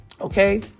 Okay